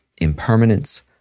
impermanence